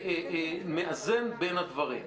ומאזן בין הדברים.